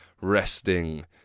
resting